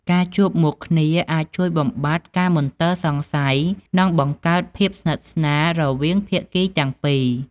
ការជួបមុខគ្នាអាចជួយបំបាត់ការមន្ទិលសង្ស័យ និងបង្កើតភាពស្និទ្ធស្នាលរវាងភាគីទាំងពីរ។